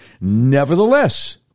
Nevertheless